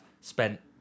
spent